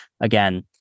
Again